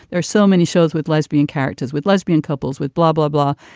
there's so many shows with lesbian characters, with lesbian couples, with blah, blah, blah.